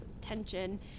tension